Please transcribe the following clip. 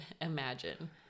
imagine